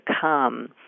come